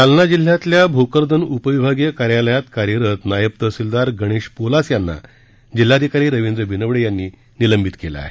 जालना जिल्ह्यातल्या भोकरदन उपविभागीय कार्यालयात कार्यरत नायब तहसीलदार गणेश पोलास यांना जिल्हाधिकारी रवींद्र बिनवडे यांनी निलंबित केलं आहे